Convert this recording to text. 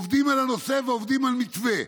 עובדים על הנושא ועובדים על מתווה".